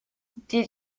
did